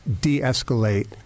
de-escalate